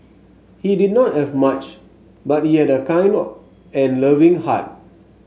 he did not have much but he had a kind and loving heart